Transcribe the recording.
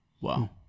Wow